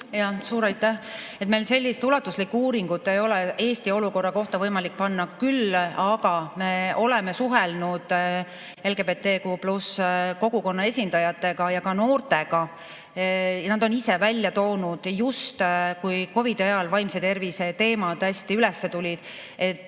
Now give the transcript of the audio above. Suur aitäh! Meil sellist ulatuslikku uuringut ei ole Eesti olukorra kohta võimalik [välja tuua], küll aga me oleme suhelnud LGBTQ+ kogukonna esindajatega ja ka noortega. Nad on ise välja toonud, just kui COVID-i ajal vaimse tervise teemad hästi üles tulid, et